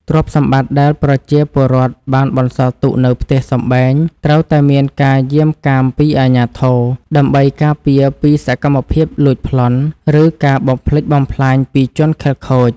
ទ្រព្យសម្បត្តិដែលប្រជាពលរដ្ឋបានបន្សល់ទុកនៅផ្ទះសម្បែងត្រូវតែមានការយាមកាមពីអាជ្ញាធរ ដើម្បីការពារពីសកម្មភាពលួចប្លន់ ឬការបំផ្លិចបំផ្លាញពីជនខិលខូច។